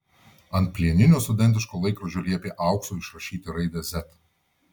ant plieninio studentiško laikrodžio liepė auksu išrašyti raidę z